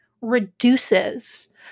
reduces